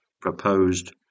proposed